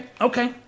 Okay